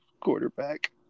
quarterback